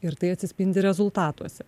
ir tai atsispindi rezultatuose